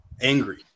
angry